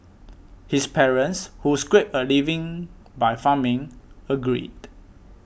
his parents who scraped a living by farming agreed